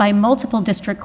by multiple district